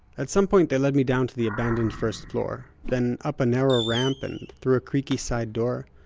at some point they led me down to the abandoned first floor, then up a narrow ramp, and through a creaky side door.